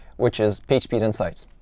which is pagespeed insights.